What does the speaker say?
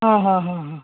ಹಾಂ ಹಾಂ ಹಾಂ ಹಾಂ